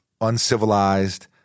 uncivilized